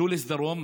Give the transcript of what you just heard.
ג'וליס דרום,